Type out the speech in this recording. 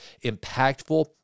impactful